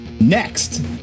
Next